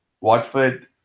Watford